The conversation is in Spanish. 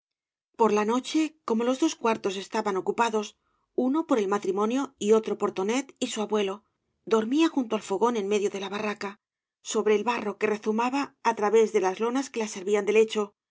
por la noche como los dos cuartos estaban ocupados uno por ei matrimonio y el otro por tonet y su abuelo dormía junto al fogón en medio de la ba rraca sobra el barro que rezumaba á través de las lonas que la servían de lecho